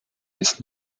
bis